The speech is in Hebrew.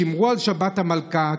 שמרו על שבת המלכה,